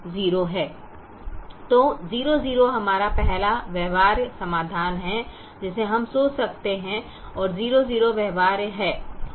तो 00 हमारा पहला व्यवहार्य समाधान है जिसे हम सोच सकते हैं और 00 व्यवहार्य है